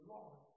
Lord